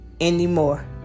anymore